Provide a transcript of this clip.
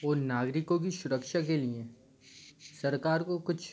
वो नागरिकों की सुरक्षा के लिए सरकार को कुछ